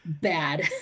bad